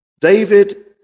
David